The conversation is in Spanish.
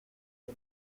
que